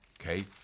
Okay